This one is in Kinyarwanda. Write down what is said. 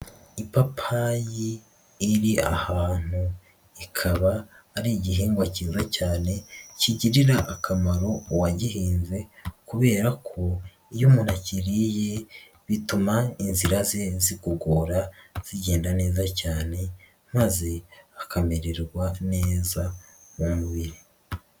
Ipapayi iri ahantu ikaba ari igihingwa cyiza cyane kigirira akamaro uwagihinze kubera ko iyo umuntu akiriye bituma inzira ze zigogora zigenda neza cyane maze akamererwa neza mu mubiri.